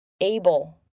able